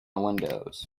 windows